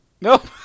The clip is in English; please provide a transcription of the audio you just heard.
Nope